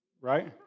right